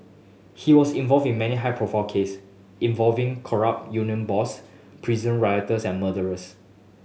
he was involved in many high profile case involving corrupt union boss prison rioters and murderers